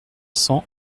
cents